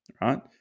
right